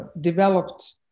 developed